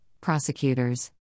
prosecutors